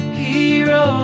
hero